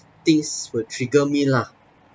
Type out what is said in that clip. things will trigger me lah